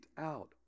out